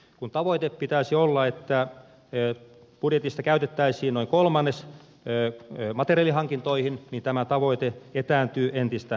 kun tavoitteen pitäisi olla että budjetista käytettäisiin noin kolmannes materiaalihankintoihin niin tämä tavoite etääntyy entistä kauemmaksi